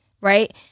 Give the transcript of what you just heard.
right